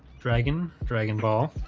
dragon dragon ball